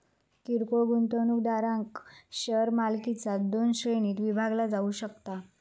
किरकोळ गुंतवणूकदारांक शेअर मालकीचा दोन श्रेणींत विभागला जाऊ शकता